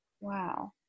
wow